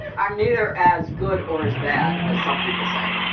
i'm neither as good or as bad as some people say